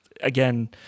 Again